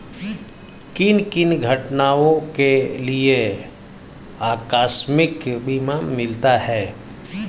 किन किन घटनाओं के लिए आकस्मिक बीमा मिलता है?